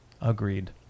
agreed